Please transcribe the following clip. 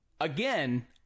again